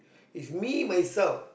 it's me myself